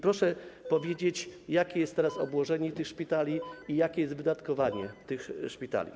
Proszę powiedzieć, jakie jest teraz obłożenie tych szpitali i jakie jest wydatkowanie tych szpitali.